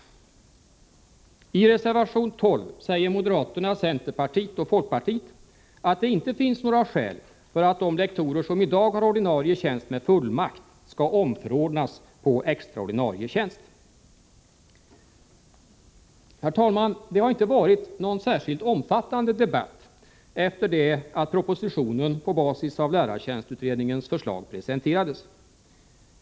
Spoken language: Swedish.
I reservation 12 säger moderaterna, centerpartiet och folkpartiet att det inte finns några skäl för att de lektorer som i dag har ordinarie tjänst med fullmakt skall omförordnas på extraordinarie tjänst. Herr talman! Det har inte varit någon särskilt omfattande debatt efter det att propositionen på basis av lärartjänstutredningens förslag presenterades.